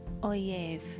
oyev